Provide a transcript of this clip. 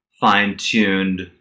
fine-tuned